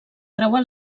creuar